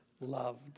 loved